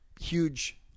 huge